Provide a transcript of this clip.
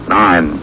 nine